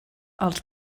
els